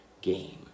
game